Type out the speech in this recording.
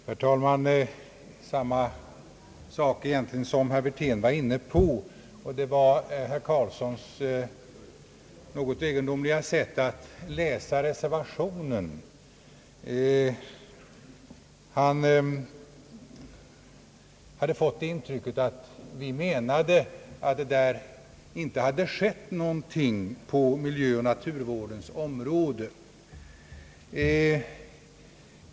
Herr talman! Jag skulle vilja säga några ord om samma sak som herr Wirtén var inne på, nämligen om herr Karlssons underliga sätt att läsa reservationen. Herr Karlsson har fått det intrycket att vi menade att det inte skett något på miljöoch naturvårdens område.